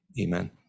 amen